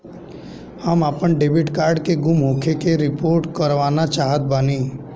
हम आपन debit card के गुम होखे के रिपोर्ट करवाना चाहत बानी